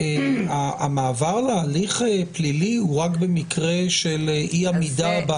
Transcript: המעבר להליך פלילי הוא רק במקרה של אי עמידה בנטל?